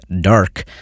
dark